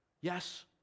Yes